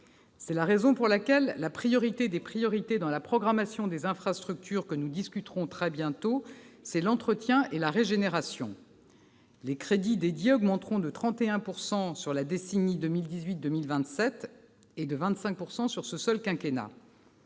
C'est la raison pour laquelle la priorité des priorités, dans la programmation des infrastructures que nous discuterons très bientôt, c'est l'entretien et la régénération. Les crédits dédiés augmenteront de 31 % sur la décennie 2018-2027 et de 25 % pour ce seul quinquennat.